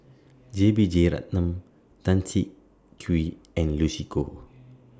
J B Jeyaretnam Tan Siah Kwee and Lucy Koh